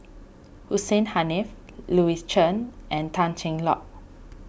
Hussein Haniff Louis Chen and Tan Cheng Lock